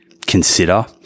consider